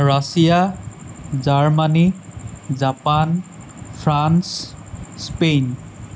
Russia Germany Japan French Spain